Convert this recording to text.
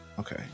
okay